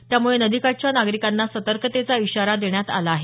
त्यामुळे नदीकाठच्या नागरिकांना सतर्कतेचा इशारा देण्यात आहे